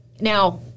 Now